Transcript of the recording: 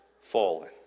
fallen